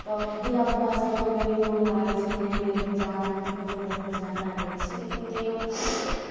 तऽ धियापुतासभके कनि मोन लागै छै नहायमे लेकिन जाड़ा की कहू बहुत ज्यादा रहै छै लेकिन तैयो